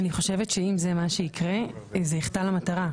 אני חושבת שאם זה מה שיקרה, זה יחטא למטרה.